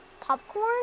popcorn